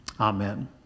Amen